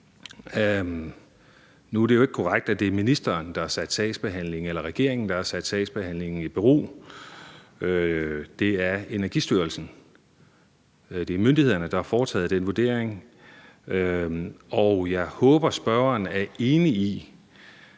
Nu er det jo ikke korrekt, at det er ministeren eller regeringen, der har sat sagsbehandlingen i bero. Det er Energistyrelsen. Det er myndighederne, der har foretaget den vurdering. Og jeg håber, at spørgeren er enig i,